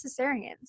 cesareans